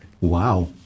Wow